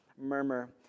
murmur